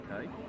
Okay